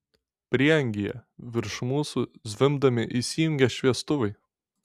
prieangyje virš mūsų zvimbdami įsijungė šviestuvai